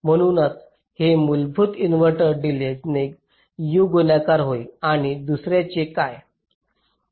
म्हणूनच हे मूलभूत इन्व्हर्टर डिलेजने U गुणाकार होईल आणि दुसर्याचे काय